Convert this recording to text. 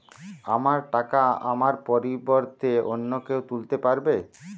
আমার টাকা আমার পরিবর্তে অন্য কেউ তুলতে পারবে?